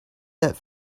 that